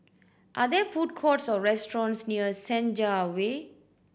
are there food courts or restaurants near Senja Way